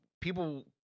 people